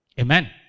Amen